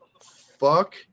fuck